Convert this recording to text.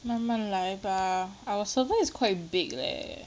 慢慢来吧 our server is quite big leh